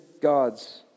God's